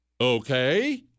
okay